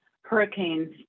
hurricanes